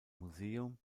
museum